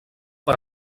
per